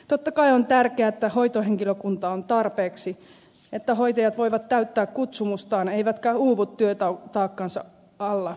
totta kai on tärkeää että hoitohenkilökuntaa on tarpeeksi että hoitajat voivat täyttää kutsumustaan eivätkä uuvu työtaakkansa alla